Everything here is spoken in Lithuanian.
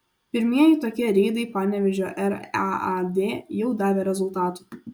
pirmieji tokie reidai panevėžio raad jau davė rezultatų